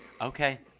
Okay